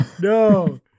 No